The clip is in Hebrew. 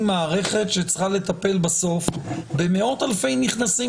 מערכת שצריכה לטפל בסוף במאות-אלפי נכנסים